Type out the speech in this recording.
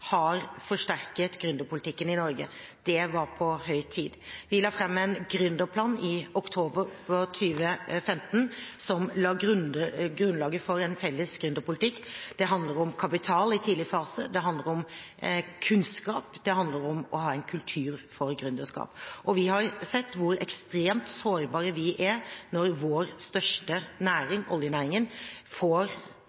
har forsterket gründerpolitikken i Norge. Det var på høy tid. Vi la fram en gründerplan i oktober 2015, som la grunnlaget for en felles gründerpolitikk. Det handler om kapital i tidlig fase. Det handler om kunnskap. Det handler om å ha en kultur for gründerskap. Vi har sett hvor ekstremt sårbare vi er når vår største